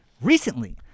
Recently